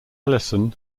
ellison